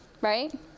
right